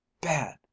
bad